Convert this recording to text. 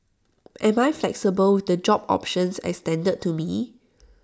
am I flexible with the job options extended to me